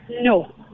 No